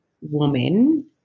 woman